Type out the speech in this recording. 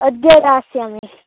अद्य दास्यामि